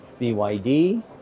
BYD